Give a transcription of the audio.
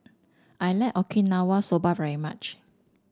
I like Okinawa Soba very much